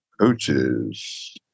coaches